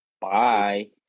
Bye